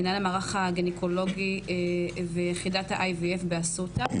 מנהל המערך הגניקולוגי ויחידת ה IVF באסותא.